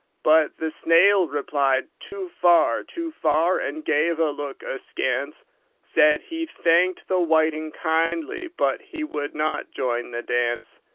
but the snail replied too far, too far! and gave a look askance said he thanked the whiting kindly, but he would not join the dance.